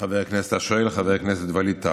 וחבר הכנסת השואל חבר הכנסת ווליד טאהא: